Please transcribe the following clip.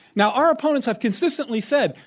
now, our opponents have consistently said,